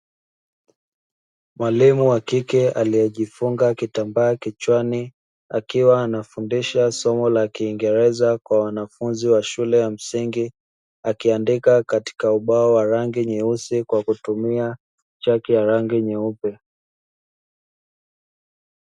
Mwalimu wa kike aliyejifunga kitambaa kichwani, akiwa anafundisha somo la kiingereza kwa wanafunzi wa shule ya msingi, akiandika katika ubao wa rangi nyeusi kwa kutumia chaki ya rangi nyeupe.